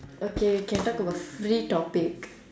okay we can talk about free topic